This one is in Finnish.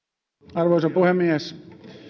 arvoisa puhemies